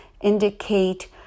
indicate